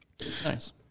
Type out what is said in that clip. Nice